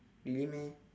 really meh